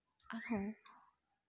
ᱟᱨᱦᱚᱸ